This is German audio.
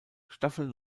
staffel